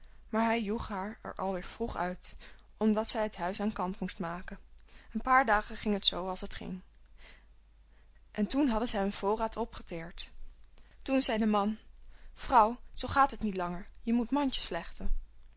maar hij joeg haar er al weêr vroeg uit omdat zij het huis aan kant moest maken een paar dagen ging het zoo als het ging en toen hadden zij hun voorraad opgeteerd toen zei de man vrouw zoo gaat het niet langer je moet mandjes vlechten